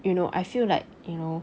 you know I feel like you know